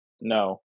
No